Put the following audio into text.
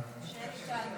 שלי טל מירון.